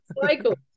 cycle